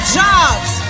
jobs